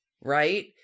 right